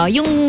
Yung